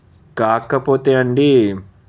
కాకపోతే అండి